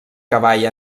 cavall